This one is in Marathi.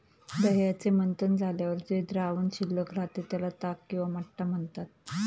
दह्याचे मंथन झाल्यावर जे द्रावण शिल्लक राहते, त्याला ताक किंवा मठ्ठा म्हणतात